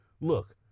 look